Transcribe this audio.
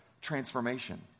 transformation